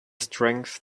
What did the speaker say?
strength